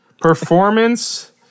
performance